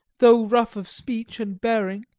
though rough of speech and bearing.